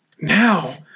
Now